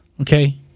Okay